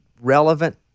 relevant